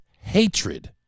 hatred